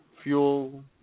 Fuel